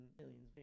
millions